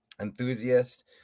enthusiast